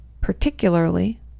particularly